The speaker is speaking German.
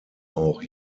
auch